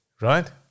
Right